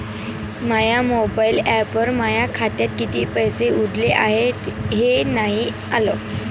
माया mobile ॲपवर माया खात्यात किती पैसे उरले हाय हे नाही आलं